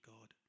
God